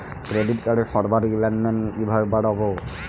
Credit কার্ডের সর্বাধিক লেনদেন কিভাবে বাড়াবো?